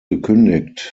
gekündigt